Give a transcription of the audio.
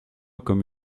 comme